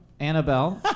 Annabelle